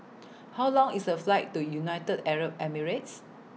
How Long IS A Flight to United Arab Emirates